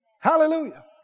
Hallelujah